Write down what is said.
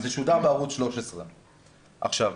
זה שודר בערוץ 13. עכשיו,